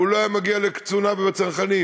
הוא לא היה מגיע לקצונה ולצנחנים.